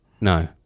No